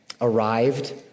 arrived